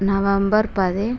November పది